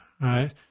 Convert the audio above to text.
right